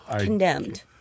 condemned